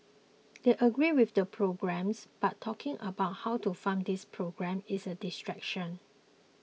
they agree with the programmes but talking about how to fund these programmes is a distraction